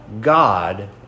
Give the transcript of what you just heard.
God